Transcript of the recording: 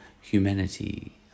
humanity